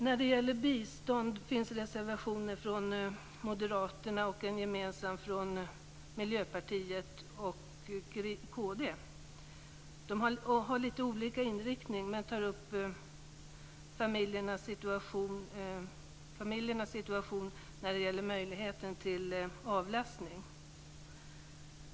När det gäller annat bistånd finns reservationer från moderaterna och en gemensam reservation från Miljöpartiet och kristdemokraterna. De har litet olika inriktningar, men tar upp familjernas situation och möjligheten till avlastning.